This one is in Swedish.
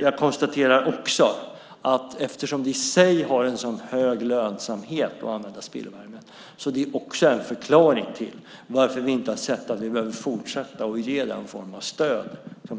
Jag konstaterar också att eftersom det i sig har en så hög lönsamhet att använda spillvärme är det också en förklaring till att vi inte anser att vi behöver fortsätta ge den formen av stöd